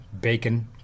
bacon